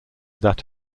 that